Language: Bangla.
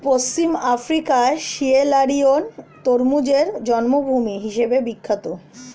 পশ্চিম আফ্রিকার সিয়েরালিওন তরমুজের জন্মভূমি হিসেবে বিখ্যাত